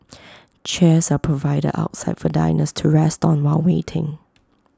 chairs are provided outside for diners to rest on while waiting